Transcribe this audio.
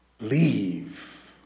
leave